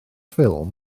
ffilm